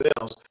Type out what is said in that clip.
else